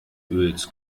öls